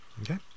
Okay